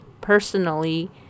personally